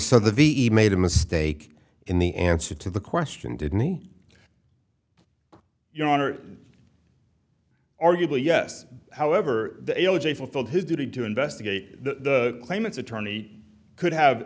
so the ve made a mistake in the answer to the question did me your honor arguably yes however the elegy fulfilled his duty to investigate the claimants attorney could have